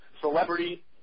celebrity